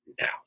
now